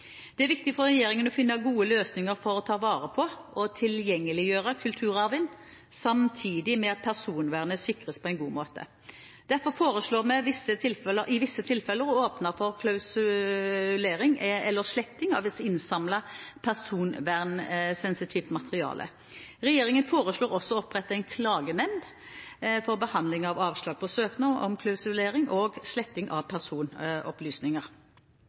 Det er viktig for regjeringen å finne gode løsninger for å ta vare på og tilgjengeliggjøre kulturarven, samtidig med at personvernet sikres på en god måte. Derfor foreslår vi i visse tilfeller å åpne for klausulering eller sletting av innsamlet, personvernsensitivt materiale. Regjeringen foreslår også å opprette en klagenemnd for behandling av avslag på søknad om klausulering og sletting av personopplysninger.